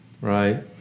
right